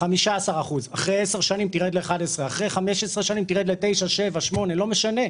15 אחוז אחרי 10 שנים תרד ל-11 אחרי 15 שנים תרד ל-9,7,8 לא משנה,